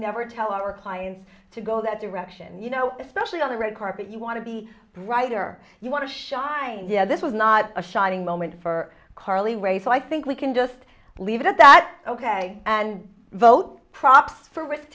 never tell our clients to go that direction you know especially on the red carpet you want to be brighter you want to shine yet this was not a shining moment for carly rae so i think we can just leave it at that ok and vote props for